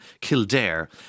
Kildare